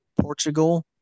Portugal